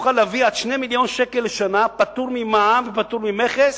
תוכל להביא עד 2 מיליוני שקלים לשנה פטור ממע"מ ופטור ממכס,